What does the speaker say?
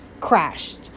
crashed